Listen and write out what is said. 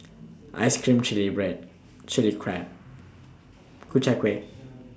Ice Cream Chili Bread Chili Crab Ku Chai Kuih